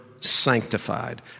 sanctified